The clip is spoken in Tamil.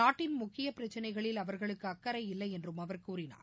நாட்டின் முக்கிய பிரச்சனைகளில் அவர்களுக்கு அக்கறை இல்லை என்றும் அவர் கூறினார்